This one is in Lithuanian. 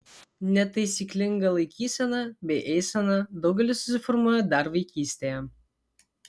netaisyklinga laikysena bei eisena daugeliui susiformuoja dar vaikystėje